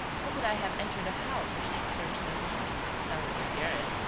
how could i have entered a house which they searched this morning from cellar to garret?